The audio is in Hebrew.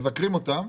מבקרים אותם,